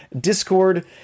discord